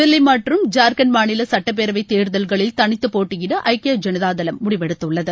தில்லி மற்றும் ஜார்கண்ட் மாநில சுட்டப்பேரவை தேர்தல்களில் தனித்துப்போட்டியிட ஐக்கிய ஜனதா தளம் முடிவெடுத்துள்ளது